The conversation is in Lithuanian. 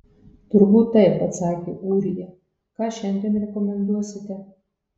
turbūt taip atsakė ūrija ką šiandien rekomenduosite